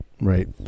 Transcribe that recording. Right